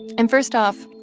and first off,